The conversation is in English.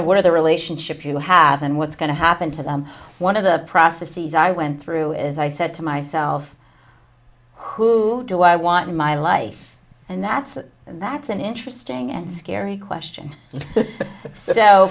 where the relationship you have and what's going to happen to them one of the processes i went through is i said to myself who do i want in my life and that's that's an interesting and scary question so